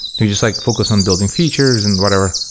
you just like focus on building features and whatever.